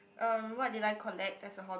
um what did I collect as a hobby